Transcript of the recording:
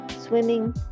swimming